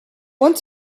one